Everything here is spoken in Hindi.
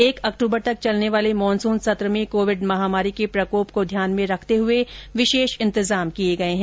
एक अक्टूबर तक चलने वाले मानसून सत्र में कोविंड महामारी के प्रकोप को ध्यान में रखते हुए विशेष इंतजाम किये गये हैं